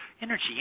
energy